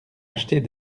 acheter